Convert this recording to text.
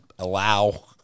allow